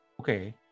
Okay